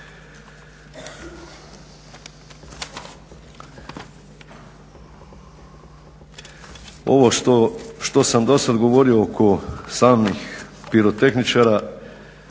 Ovo što sam do sada govorio oko samih pirotehničara